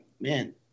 man